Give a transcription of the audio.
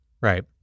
Right